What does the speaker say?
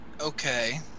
Okay